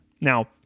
now